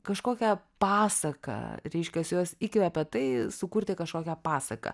kažkokią pasaką reiškia juos įkvepia tai sukurti kažkokią pasaką